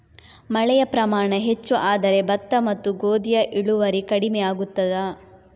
ಮಳೆಯ ಪ್ರಮಾಣ ಹೆಚ್ಚು ಆದರೆ ಭತ್ತ ಮತ್ತು ಗೋಧಿಯ ಇಳುವರಿ ಕಡಿಮೆ ಆಗುತ್ತದಾ?